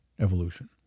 Evolution